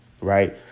right